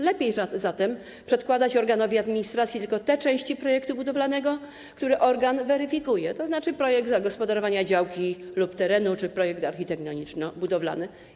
Lepiej zatem przedkładać organowi administracji tylko te części projektu budowlanego, które organ weryfikuje, tzn. projekt zagospodarowania działki lub terenu czy projekt architektoniczno-budowlany.